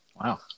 Wow